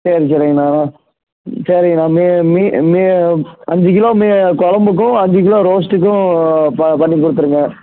சரி சரிங்கண்ணா சரிங்கண்ணா மே மீ மீ அஞ்சு கிலோ மீ குழம்புக்கும் அஞ்சு கிலோ ரோஸ்ட்டுக்கும் ப பண்ணி கொடுத்துருங்க